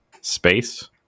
space